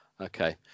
Okay